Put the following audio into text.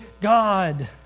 God